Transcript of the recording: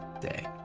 day